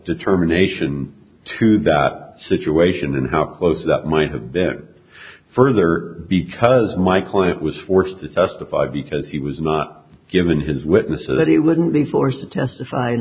determination to that situation and how close that might have bit further because my client was forced to testify because he was not given his witnesses that it wouldn't be forced to